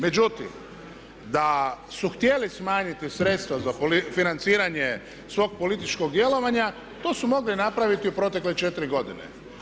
Međutim, da su htjeli smanjiti sredstva za financiranje svog političkog djelovanja to su mogli napraviti u protekle četiri godine.